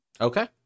Okay